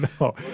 No